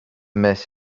miss